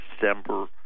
December